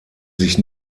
sich